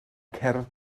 cerdd